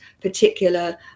particular